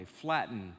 flattened